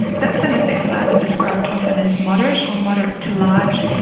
that's an effect size described often as moderate or moderate to large.